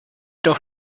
doch